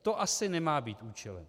To asi nemá být účelem.